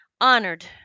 honored